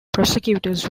prosecutors